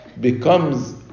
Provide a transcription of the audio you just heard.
becomes